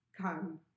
come